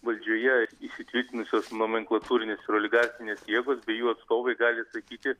valdžioje įsitvirtinusios nomenklatūrinės oligarchinės jėgos bei jų atstovai gali sakyti